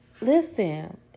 listen